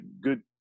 good